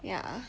yeah